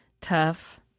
tough